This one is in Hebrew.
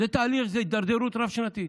זה תהליך, זו הידרדרות רב-שנתית.